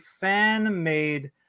fan-made